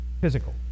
physical